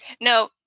no